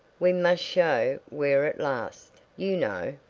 we must show wear at last, you know.